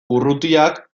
urrutiak